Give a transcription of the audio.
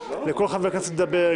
נרצה לאפשר לכל חבר כנסת לדבר,